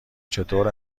چطور